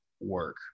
work